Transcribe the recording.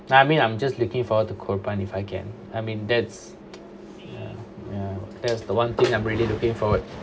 I mean I'm just looking for the korpan if I can I mean that's ya ya that's the one thing I'm really looking forward